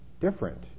different